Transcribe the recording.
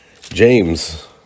James